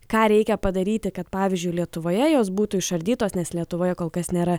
ką reikia padaryti kad pavyzdžiui lietuvoje jos būtų išardytos nes lietuvoje kol kas nėra